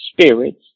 spirits